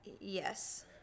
yes